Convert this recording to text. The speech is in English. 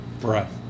Right